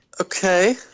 Okay